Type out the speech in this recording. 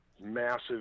massive